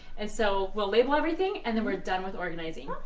and so we'll label everything, and then we're done with organizing.